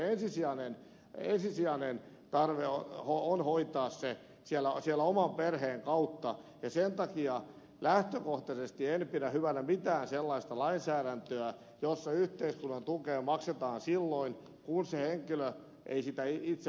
mutta ensisijainen tarve on hoitaa se siellä oman perheen kautta ja sen takia lähtökohtaisesti en pidä hyvänä mitään sellaista lainsäädäntöä jossa yhteiskunnan tukea maksetaan silloin kun se henkilö ei sitä itse varsinaisesti tarvitse